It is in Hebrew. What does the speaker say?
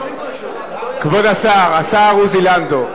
כבוד השר, השר עוזי לנדאו.